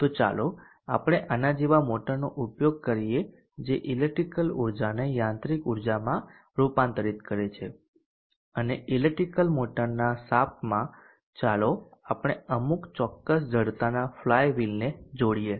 તો ચાલો આપણે આના જેવા મોટરનો ઉપયોગ કરીએ જે ઈલેક્ટ્રીકલ ઉર્જાને યાંત્રિક ઉર્જામાં રૂપાંતરિત કરે છે અને ઇલેક્ટ્રિક મોટરના શાફ્ટમાં ચાલો આપણે અમુક ચોક્કસ જડતાના ફ્લાયવિલ ને જોડીએ